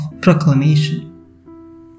proclamation